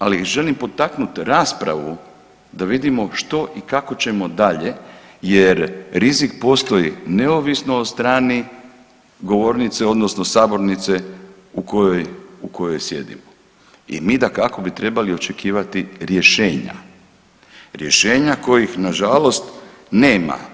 Ali želim potaknuti raspravu da vidimo što i kako ćemo dalje, jer rizik postoji neovisno o strani govornice odnosno sabornice u kojoj sjedimo i mi dakako bi trebali očekivati rješenja, rješenja kojih na žalost nema.